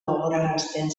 gogorarazten